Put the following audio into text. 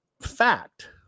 fact